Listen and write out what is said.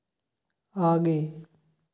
आगे